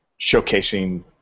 showcasing